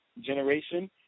generation